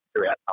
throughout